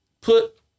put